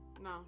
No